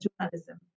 journalism